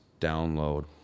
download